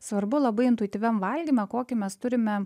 svarbu labai intuityviam valgyme kokį mes turime